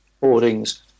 boardings